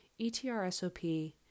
ETRSOP